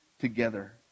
together